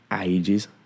ages